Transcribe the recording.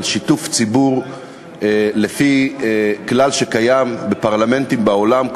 על שיתוף ציבור לפי כלל שקיים בפרלמנטים בעולם,